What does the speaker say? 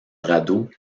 radeau